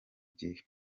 gihe